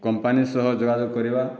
company ସହ ଯୋଗାଯୋଗ କରିବା